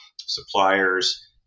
suppliers